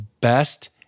Best